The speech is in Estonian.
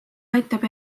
aitab